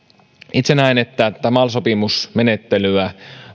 itse näen että mal sopimusmenettelyä